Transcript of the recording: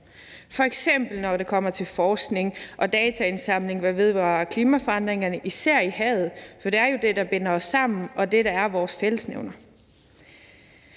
f.eks. når det kommer til forskning og dataindsamling, der vedrører klimaforandringerne, især i havet, for det er jo det, der binder os sammen, og det, der er vores fællesnævner.